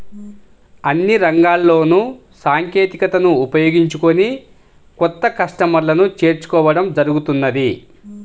అన్ని రంగాల్లోనూ సాంకేతికతను ఉపయోగించుకొని కొత్త కస్టమర్లను చేరుకోవడం జరుగుతున్నది